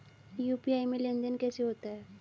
UPI में लेनदेन कैसे होता है?